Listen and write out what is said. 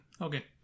Okay